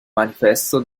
manifesto